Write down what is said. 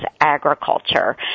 agriculture